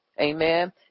amen